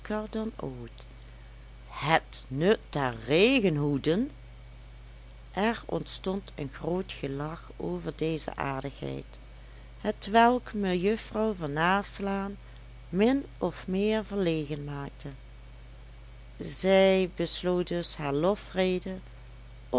dan ooit het nut der regenhoeden er ontstond een groot gelach over deze aardigheid hetwelk mejuffrouw van naslaan min of meer verlegen maakte zij besloot dus haar lofrede